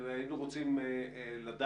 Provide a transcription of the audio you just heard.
כן, היינו רוצים לדעת